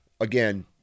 again